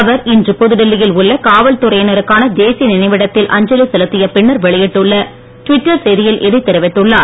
அவர் இன்று புதுடெல்லியில் உள்ள காவல்துறையினருக்கான தேசிய நினைவிடத்தில் அஞ்சலி செலுத்திய பின்னர் வெளியிட்டுள்ள டுவிட்டர் செய்தியில் இதைத் தெரிவித்தள்ளார்